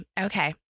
Okay